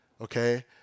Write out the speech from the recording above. Okay